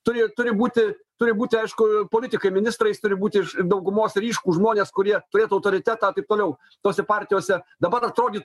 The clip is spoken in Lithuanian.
turi turi būti turi būti aišku politikai ministrais turi būti iš daugumos ryškūs žmonės kurie turėtų autoritetą taip toliau tose partijose dabar atrodė